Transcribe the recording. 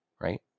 Right